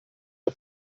ray